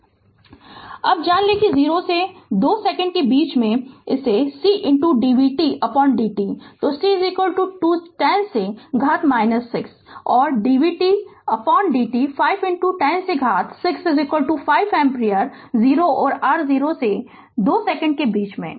Refer Slide Time 2913 अब जान लें कि 0 से 2 सेकेंड के बीच में इसे जानें c dvtdt तो c 10 से घात 6 और dvtdt 5 10 से घात 6 5 एम्पीयर 0 और r 0 से 2 सेकंड के बीच में